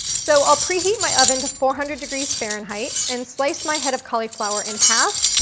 so i'll preheat my oven to four hundred degrees fahrenheit and slice my head of cauliflower in half,